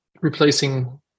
replacing